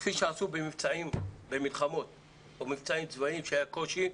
כפי שעשו במלחמות ומבצעים צבאיים כשהיה קושי,